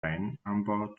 weinanbau